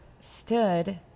stood